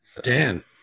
dan